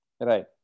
Right